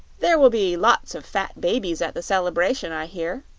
there will be lots of fat babies at the celebration, i hear,